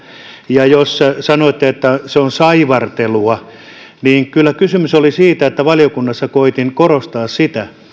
ja jos sanoitte että se on saivartelua niin kyllä kysymys oli siitä että valiokunnassa koetin korostaa sitä